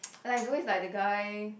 like always like the guy